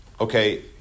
okay